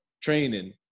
training